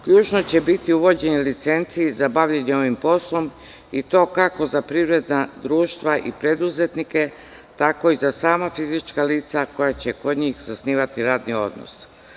Ključno će biti uvođenje licenci za bavljenje ovim poslom i to kako za privredna društva i preduzetnike, tako i za sama fizička lica koja će kod njih zasnivati radni odnos.